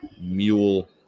mule